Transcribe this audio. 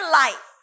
life